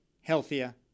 healthier